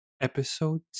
Episode